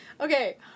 Okay